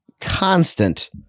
constant